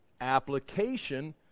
application